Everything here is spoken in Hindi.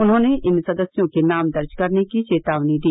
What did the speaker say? उन्होंने इन सदस्यों के नाम दर्ज करने की चेतावनी दी